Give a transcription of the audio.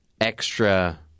extra